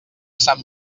sant